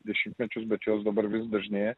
dešimtmečius bet jos dabar vis dažnėja